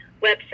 website